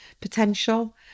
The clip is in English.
potential